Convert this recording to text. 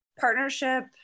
partnership